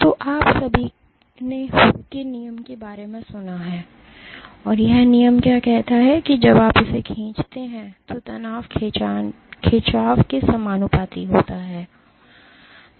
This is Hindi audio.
तो आप सभी ने हुक के नियम के बारे में सुना है और नियम क्या कहता है कि जब आप इसे खींचते हैं तो तनाव खिंचाव के समानुपाती होता है